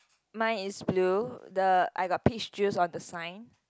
mine is blue the I got peach juice on the sign